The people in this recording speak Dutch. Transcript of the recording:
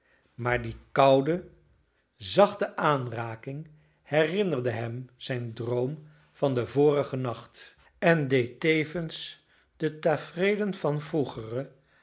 maar die koude zachte aanraking herinnerde hem zijn droom van den vorigen nacht en deed tevens de tafereelen van vroegere